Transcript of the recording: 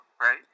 right